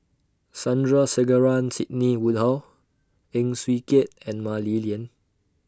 Sandrasegaran Sidney Woodhull Heng Swee Keat and Mah Li Lian